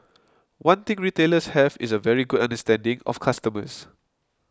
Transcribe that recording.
one thing retailers have is a very good understanding of customers